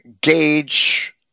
gauge